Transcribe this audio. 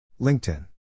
LinkedIn